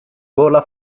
gola